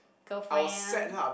girlfriend